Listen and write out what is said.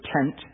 tent